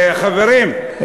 חברים,